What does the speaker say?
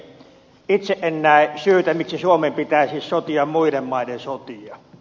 itse en näe syytä miksi suomen pitäisi sotia muiden maiden sotia